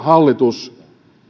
hallitus